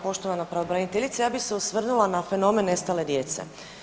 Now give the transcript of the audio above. Poštovana pravobraniteljice ja bi se osvrnula na fenomen nestale djece.